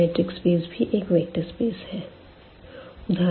यह matrix space भी एक वेक्टर स्पेस है